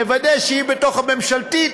נוודא שהיא בתוך הממשלתית,